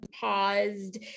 paused